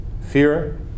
fear